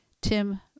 Tim